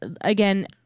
again